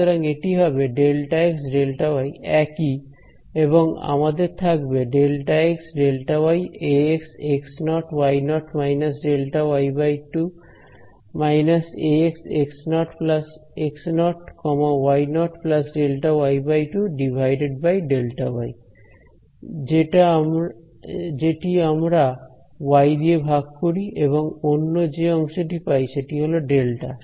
সুতরাং এটি হবে ΔxΔy একই এবং আমাদের থাকবে ΔxΔyAxx0y0−Δy2−Axx0y0 Δy2 Δy যেটি আমরা y দিয়ে ভাগ করি এবং অন্য যে অংশটি পাই সেটি হল ডেল্টা